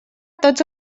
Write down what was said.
tots